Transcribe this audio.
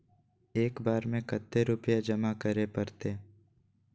एक बार में कते रुपया जमा करे परते?